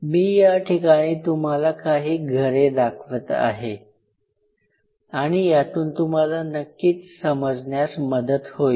मी या ठिकाणी तुम्हाला काही घरे दाखवत आहे आणि यातून तुम्हाला नक्कीच समजण्यास मदत होईल